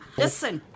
listen